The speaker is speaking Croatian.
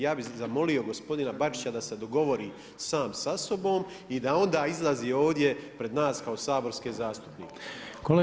Ja bih zamolio gospodina Bačića da se dogovori sam sa sobom i da onda izlazi ovdje pred nas kao saborske zastupnike.